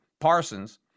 Parsons